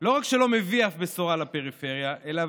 לא רק שלא מביא אף בשורה לפריפריה אלא